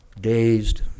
dazed